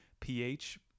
pH